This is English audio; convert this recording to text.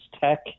Tech